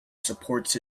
supports